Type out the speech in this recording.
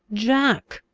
jack,